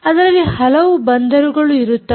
ಅದರಲ್ಲಿ ಹಲವು ಬಂದರುಗಳು ಇರುತ್ತವೆ